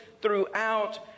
throughout